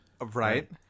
Right